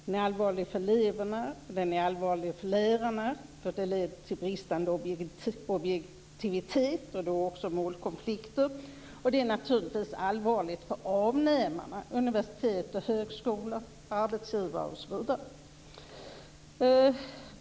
Den är allvarlig för eleverna, och den är allvarlig för lärarna, eftersom det leder till bristande objektivitet och då också målkonflikter. Det är naturligtvis också allvarligt för avnämarna, universitet, högskolor, arbetsgivare, osv.